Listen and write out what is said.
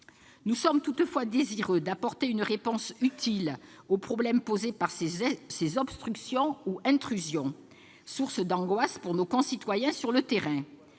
Nous sommes toutefois désireux d'apporter une réponse utile au problème posé par ces « obstructions ou intrusions », qui sont une source d'angoisses pour nos concitoyens sur le terrain.